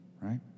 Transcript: right